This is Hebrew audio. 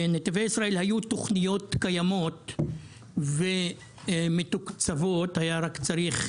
בנתיבי ישראל היו תכניות קיימות ומתוקצבות היה רק צריך